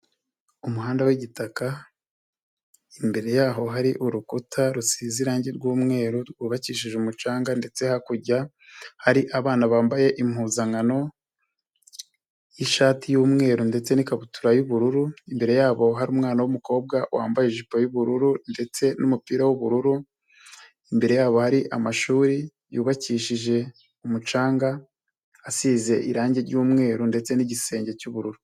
Umuhanda w'igitaka, imbere yaho hari urukuta rusize irangi rw'umweru, rwubakishije umucanga ndetse hakurya hari abana bambaye impuzankano y'ishati y'umweru, ndetse n'ikabutura y'ubururu, imbere yabo hari umwana w'umukobwa wambaye ijipo y'ubururu, ndetse n'umupira w'ubururu, imbere yabo ari amashuri yubakishije umucanga, asize irangi ry'umweru ndetse n'igisenge cy'ubururu.